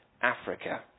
Africa